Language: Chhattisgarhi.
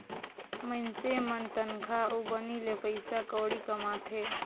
मइनसे मन तनखा अउ बनी ले पइसा कउड़ी कमाथें